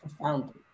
profoundly